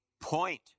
point